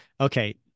okay